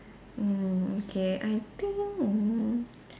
mm okay I think